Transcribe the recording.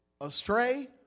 astray